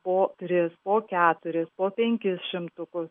po tris po keturis po penkis šimtukus